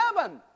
heaven